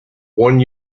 one